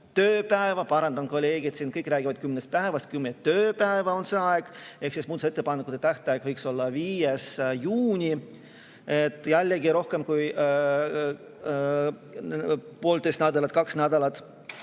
tööpäeva. Parandan, kolleegid: siin kõik räägivad kümnest päevast, aga kümme tööpäeva on see aeg. Ehk siis muudatusettepanekute tähtaeg võiks olla 5 juuni. Jällegi rohkem kui poolteist nädalat, kaks nädalat.